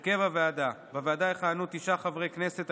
הרכב הוועדה: בוועדה יכהנו תשעה חברי כנסת,